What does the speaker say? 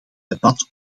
debat